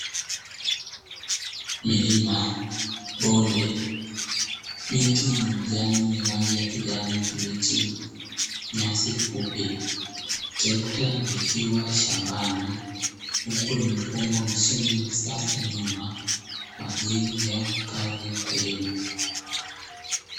Milima, bonde, miti yenye majani ya rangi ya kijani kibichi, nyasi fupi. Trekta likiwa shambani huku limefungwa mashine ya kisasa nyuma kwa ajili ya kazi ya kulima.